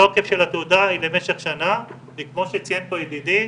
התוקף של התעודה למשך שנה וכמו שציין פה ידידי,